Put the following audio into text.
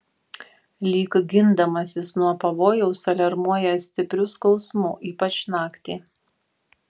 lyg gindamasis nuo pavojaus aliarmuoja stipriu skausmu ypač naktį